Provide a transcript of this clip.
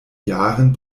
jahren